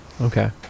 okay